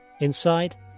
Inside